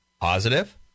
positive